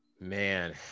Man